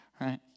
right